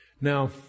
Now